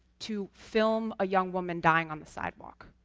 to film a young woman dying on the sidewalk.